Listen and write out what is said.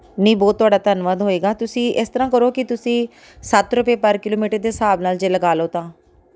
ਨਹੀਂ ਬਹੁਤ ਤੁਹਾਡਾ ਧੰਨਵਾਦ ਹੋਏਗਾ ਤੁਸੀਂ ਇਸ ਤਰ੍ਹਾਂ ਕਰੋ ਕਿ ਤੁਸੀਂ ਸੱਤ ਰੁਪਏ ਪਰ ਕਿਲੋਮੀਟਰ ਦੇ ਹਿਸਾਬ ਨਾਲ ਜੇ ਲਗਾ ਲਓ ਤਾਂ